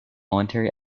voluntary